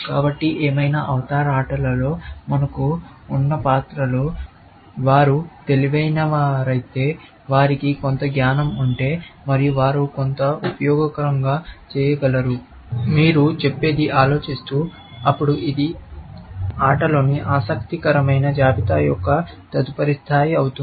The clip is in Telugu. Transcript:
కాబట్టి ఏమైనా అవతార్ ఆటలో మనకు ఉన్న పాత్రలు వారు తెలివైనవారైతే వారికి కొంత జ్ఞానం ఉంటే మరియు వారు కొంత ఉపయోగకరంగా చేయగలరు మీరు చెప్పేది ఆలోచిస్తూ అప్పుడు ఇది ఆటలోని ఆసక్తికరమైన జాబితా యొక్క తదుపరి స్థాయి అవుతుంది